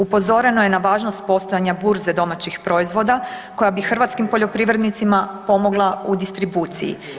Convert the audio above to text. Upozoreno je na važnost postojanja burze domaćih proizvoda koja bi hrvatskim poljoprivrednicima pomogla u distribuciji.